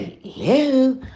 Hello